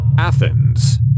Athens